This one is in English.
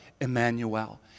Emmanuel